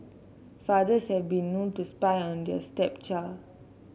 fathers have been known to spy on their stepchild